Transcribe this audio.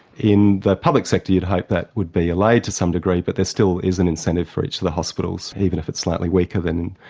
in the public sector you'd hope that would be allayed to some degree, but there still is an incentive for each of the hospitals even if it's slightly weaker than,